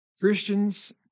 Christians